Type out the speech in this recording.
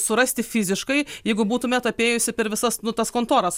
surasti fiziškai jeigu būtumėt apėjusi per visas nu tas kontoras